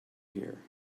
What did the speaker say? here